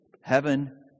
Heaven